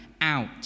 out